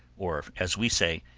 or, as we say,